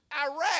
Iraq